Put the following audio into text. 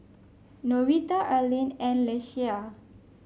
Norita Arlen and Ieshia